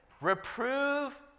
reprove